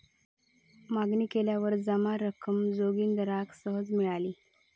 मागणी केल्यावर जमा रक्कम जोगिंदराक सहज मिळाली